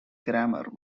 kramer